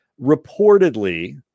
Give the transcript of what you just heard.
reportedly